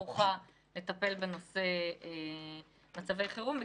ערוכה לטפל בנושא מצבי חירום,